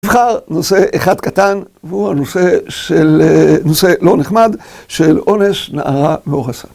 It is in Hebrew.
נבחר נושא אחד קטן, והוא הנושא של... נושא לא נחמד, של עונש, נערה ואוכסה.